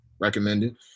recommended